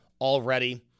already